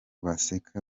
baseka